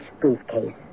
briefcase